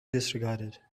disregarded